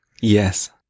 yes